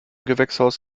gewächshaus